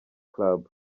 club